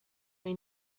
may